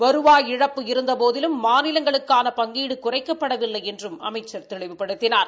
வருவாய் இழப்பு இஇுந்தபோதிலும் மாநிலங்களுக்கான பங்கீடு குறைக்கப்படவில்லை என்றும் அமைச்சர் தெளிவுபடுத்தினார்